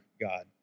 God